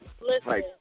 Listen